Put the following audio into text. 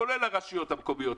כולל הרשויות המקומיות.